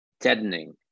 deadening